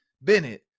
Bennett